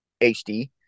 HD